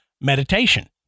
meditation